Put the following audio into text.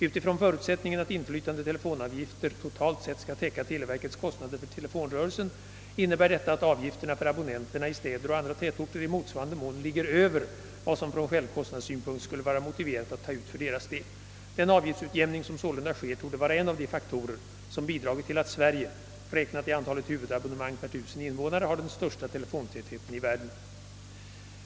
Utifrån förutsättningen att inflytande telefonavgifter totalt sett skall täcka televerkets kostnader för telefonrörelsen innebär detta att avgifterna för abonnenterna i städer och andra tätorter i motsvarande mån ligger över vad som från självkostnadssynpunkt skulle vara motiverat att ta ut för deras del. Den avgiftsutjämning som sålunda sker torde vara en av de faktorer, som bidragit till att Sverige — räknat i antalet huvudabonnemang per 1 000 invånare — har den största telefontätheten i världen.